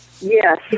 yes